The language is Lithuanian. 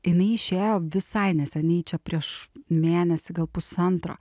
jinai išėjo visai neseniai čia prieš mėnesį gal pusantro